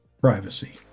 privacy